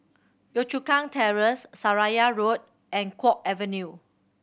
Yio Chu Kang Terrace Seraya Road and Guok Avenue